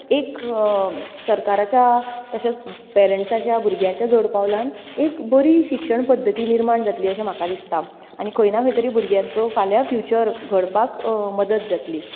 एक सरकाराच्या तशेंच पॅरंट्सांच्या भुरग्यांच्या जोडपावलान एक बरी शिक्षण पद्दती निर्माण जातली अशें म्हाका दिसता आनी खंय ना खंय तरी भुरग्यांचो फाल्यां फ्यूचर घडपाक मदत जातली